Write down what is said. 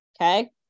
okay